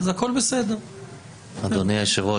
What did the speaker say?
אדוני היושב-ראש,